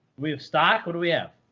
we have stock? what do we have?